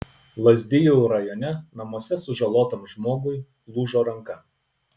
lazdijų rajone namuose sužalotam žmogui lūžo ranka